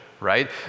right